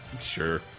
Sure